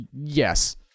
yes